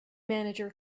manager